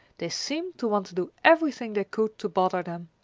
they seemed to want to do everything they could to bother them.